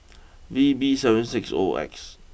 V B seven six O X